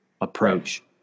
approach